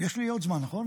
יש לי עוד זמן, נכון?